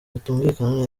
bitumvikana